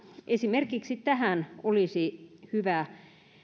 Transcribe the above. esimerkiksi tähän olisi hyvä